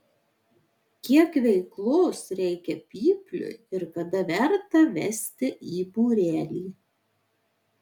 kiek veiklos reikia pypliui ir kada verta vesti į būrelį